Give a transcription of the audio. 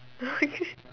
don't angry